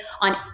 on